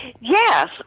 Yes